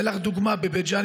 אתן לך דוגמה: בבית ג'ן,